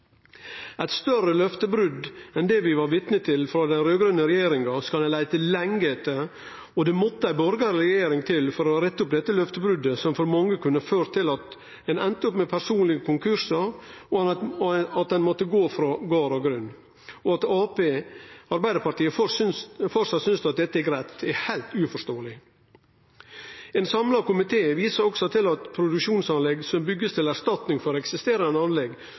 Eit større løftebrot enn det vi var vitne til frå den raud-grøne regjeringa, skal ein leite lenge etter, og det måtte ei borgarleg regjering til for å rette opp dette løftebrotet, som for mange kunne ført til at ein enda opp med personlege konkursar, og at ein måtte gå frå gard og grunn. At Arbeidarpartiet framleis synest at dette er greitt, er heilt uforståeleg. Ein samla komité viser også til at produksjonsanlegg som blir bygde til erstatning for eksisterande anlegg,